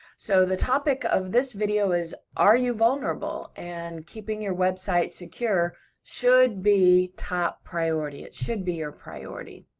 so the topic of this video is, are you vulnerable? and keeping your website secure should be top priority, it should be your priority.